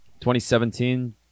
2017